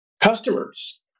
customers